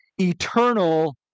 eternal